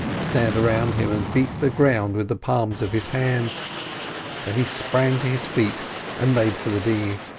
stared around him and beat the ground with the palms of his hands then he sprang to his feet and made for the dinghy.